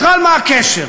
בכלל, מה הקשר?